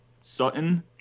Sutton